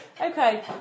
Okay